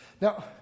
Now